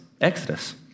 Exodus